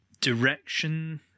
direction